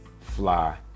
fly